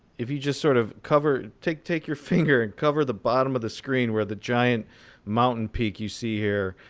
if you just sort of cover take take your finger and cover the bottom of the screen where the giant mountain peak you see here